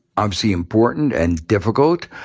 obviously important and difficult.